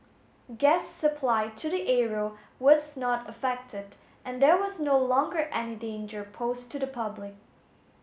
gas supply to the area was not affected and there was no longer any danger posed to the public